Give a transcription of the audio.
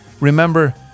remember